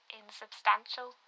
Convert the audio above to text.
insubstantial